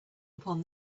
upon